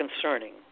concerning